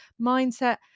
mindset